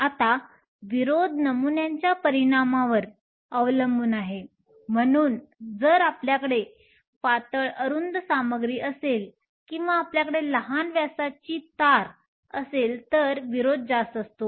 आता विरोध नमुन्याच्या परिमाणांवर अवलंबून आहे म्हणून जर आपल्याकडे पातळ अरुंद सामग्री असेल किंवा आपल्याकडे लहान व्यासाची तार असेल तर विरोध जास्त असतो